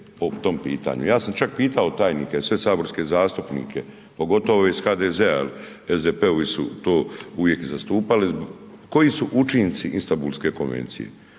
Ja sam čak pitao tajnike, sve saborske zastupnike, pogotovo ove iz HDZ-a, SDP-ovi su to uvijek i zastupali, koji su učinci Istambulske konvencije?